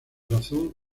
razón